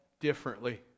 differently